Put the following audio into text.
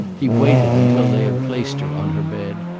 he waited until they had placed her on her bed,